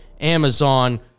Amazon